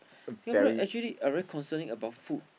Singaporeans actually are very concerning about food